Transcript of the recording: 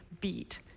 beat